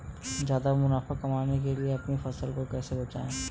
ज्यादा मुनाफा कमाने के लिए अपनी फसल को कैसे बेचें?